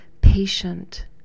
patient